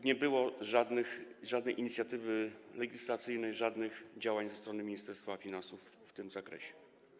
Nie było żadnej inicjatywy legislacyjnej, żadnych działań ze strony Ministerstwa Finansów w tym zakresie.